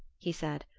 he said.